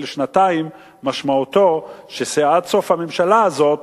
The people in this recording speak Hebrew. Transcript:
שנתיים משמעותו שעד סוף כהונת הממשלה הזאת